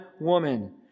woman